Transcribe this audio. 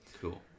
Cool